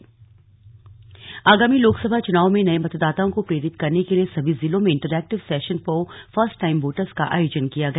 slug interactive session आगामी लोकसभा चुनाव में नये मतदाताओं को प्रेरित करने के लिए सभी जिलों में interactive session for first time voters का आयोजन किया गया